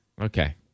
Okay